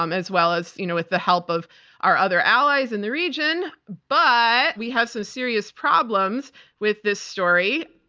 um as well as you know with the help of our other allies in the region, but we have some serious problems with this story.